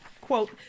quote